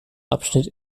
abschnitt